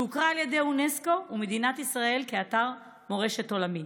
שהוכרה על ידי אונסק"ו ומדינת ישראל כאתר מורשת עולמית.